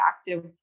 active